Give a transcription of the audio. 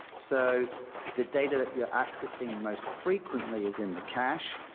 so the data that you're accessing most frequently is in the cache,